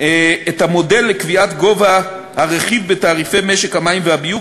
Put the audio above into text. את המודל לקביעת גובה הרכיב בתעריפי משק המים והביוב